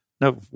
No